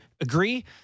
agree